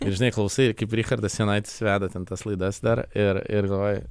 ir žinai klausai kaip richardas jonaitis veda ten tas laidas dar ir ir galvoji